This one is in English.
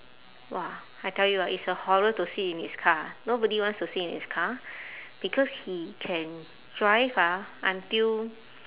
!wah! I tell you ah it's a horror to sit in his car nobody wants to sit in his car because he can drive ah until